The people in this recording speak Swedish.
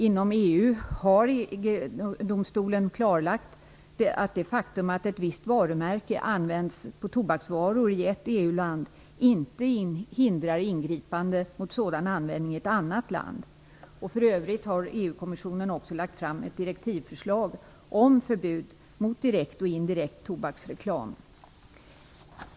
Inom EU har EG-domstolen klarlagt att det faktum att ett visst varumärke används på tobaksvaror i ett EU-land inte hindrar ingripande mot sådan användning i ett annat land. För övrigt har EU kommissionen också lagt fram ett direktivförslag om förbud mot direkt och indirekt tobaksreklam.